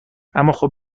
اماخب